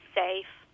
safe